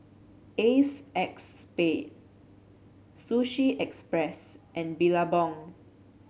Acexspade Sushi Express and Billabong